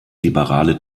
liberale